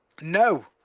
No